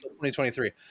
2023